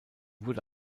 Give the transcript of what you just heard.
wurde